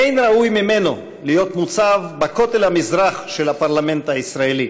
אין ראוי ממנו להיות מוצב בכותל המזרח של הפרלמנט הישראלי